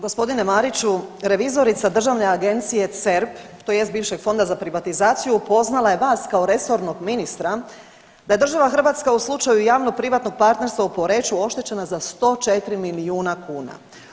Gospodine Mariću, revizorica Državne agencije CERP tj. bivšeg Fonda za privatizaciju upoznala je vas kao resornog ministra da je država Hrvatska u slučaju javno privatnog partnerstva u Poreču oštećena za 104 milijuna kuna.